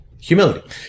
Humility